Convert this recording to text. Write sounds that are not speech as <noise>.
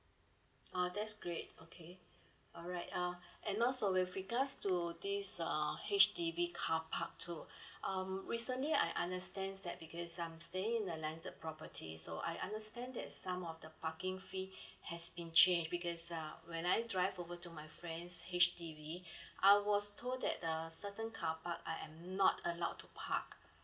oh that's great okay <breath> alright uh <breath> and also with regards to this uh H_D_B car park too <breath> um recently I understand that because I'm staying in a landed property so I understand that some of the parking fee <breath> has been changed because uh when I drive over to my friend's H_D_B <breath> I was told that the certain car park I am not allowed to park